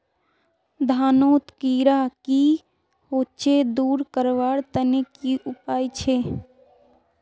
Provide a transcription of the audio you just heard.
धानोत कीड़ा की होचे दूर करवार तने की उपाय छे?